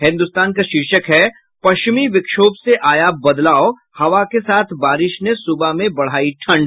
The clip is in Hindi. हिन्दुस्तान का शीर्षक है पश्चिमी विक्षोभ से आया बदलाव हवा के साथ बारिश ने सुबह में बढ़ायी ठंड